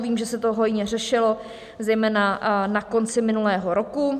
Vím, že se to hojně řešilo zejména na konci minulého roku.